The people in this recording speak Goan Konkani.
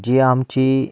जी आमची